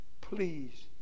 Please